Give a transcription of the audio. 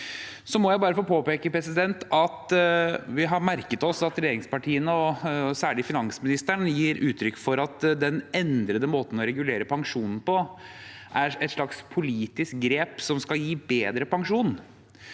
Jeg må få påpeke at vi har merket oss at regjeringspartiene og særlig finansministeren gir uttrykk for at den endrede måten å regulere pensjon på er et slags politisk grep som skal gi bedre pensjon.